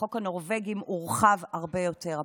וחוק הנורבגים הורחב הרבה יותר הפעם.